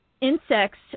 insects